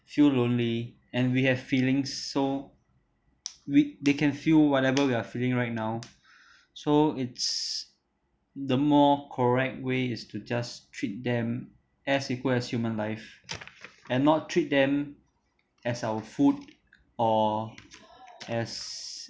feel lonely and we have feeling so we~ they can feel whatever we are feeling right now so it's the more correct way is to just treat them as equal as human life and not treat them as our food or as